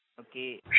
Okay